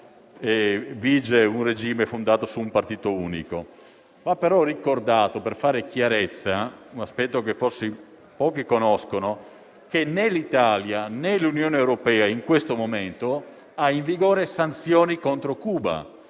vige un regime fondato su un partito unico. Deve però essere ricordato, per fare chiarezza, un aspetto che forse pochi conoscono, ossia che né l'Italia, né l'Unione europea in questo momento hanno in vigore sanzioni contro Cuba.